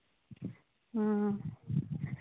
ᱦᱮᱸ